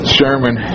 Sherman